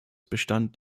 bestand